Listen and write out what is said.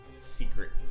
secret